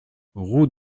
route